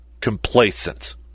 complacent